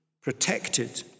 protected